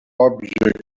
objectives